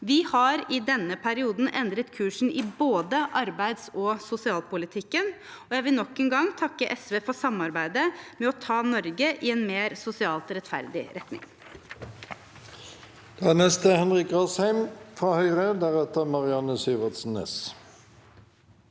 Vi har i denne perioden endret kursen i både arbeids- og sosialpolitikken, og jeg vil nok en gang takke SV for samarbeidet med å ta Norge i en mer sosialt rettferdig retning.